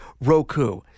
Roku